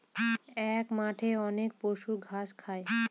এক মাঠে অনেক পশু ঘাস খায়